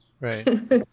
Right